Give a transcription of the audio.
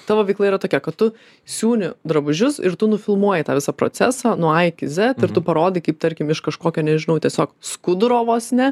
tavo veikla yra tokia kad tu siūni drabužius ir tu nufilmuoji tą visą procesą nuo a iki zed ir tu parodai kaip tarkim iš kažkokio nežinau tiesiog skuduro vos ne